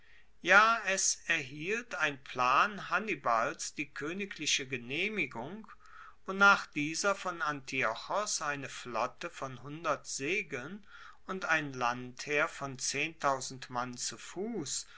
ja es erhielt ein plan hannibals die koenigliche genehmigung wonach dieser von antiochos eine flotte von segeln und ein landheer von mann zu fuss